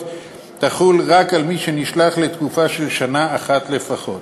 תהיה רק על מי שנשלח לתקופה של שנה אחת לפחות.